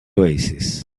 oasis